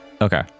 Okay